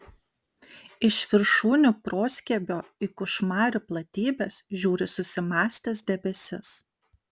iš viršūnių proskiebio į kuršmarių platybes žiūri susimąstęs debesis